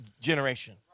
generation